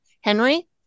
Henry